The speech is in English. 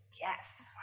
Yes